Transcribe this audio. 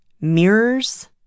mirrors